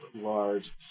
large